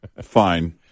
Fine